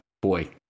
boy